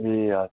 ए हजुर